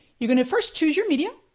you're gonna first choose your media,